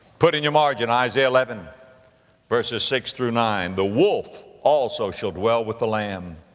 put in your margin isaiah eleven verses six through nine, the wolf also shall dwell with the lamb,